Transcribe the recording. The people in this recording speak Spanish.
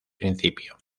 principio